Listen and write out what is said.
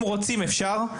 אם רוצים, אפשר.